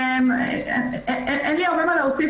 אין לי הרבה מה להוסיף,